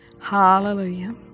Hallelujah